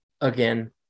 again